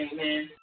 Amen